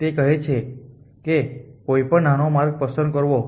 તે કહે છે કે કોઈ પણ નાનો માર્ગ પસંદ કરવો